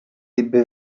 ebbe